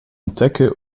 ontdekken